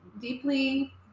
deeply